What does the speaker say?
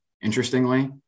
Interestingly